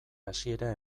hasiera